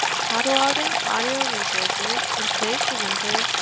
cataloging audio resources, and today's presenter,